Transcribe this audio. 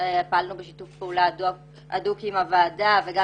פעלנו בשיתוף פעולה הדוק עם הוועדה וגם